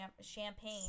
champagne